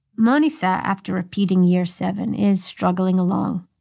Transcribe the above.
manisha, after repeating year seven, is struggling along.